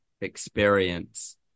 experience